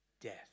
death